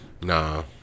Nah